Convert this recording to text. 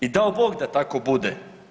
I dao bog da tako bude.